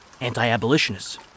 anti-abolitionists